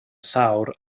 llawr